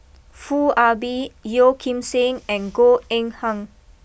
Foo Ah Bee Yeo Kim Seng and Goh Eng Han